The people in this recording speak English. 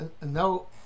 no